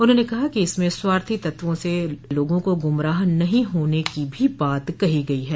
उन्होंने कहा कि इसमें स्वार्थी तत्वों से लोगों को गुमराह नहीं होने की भी बात कही गई है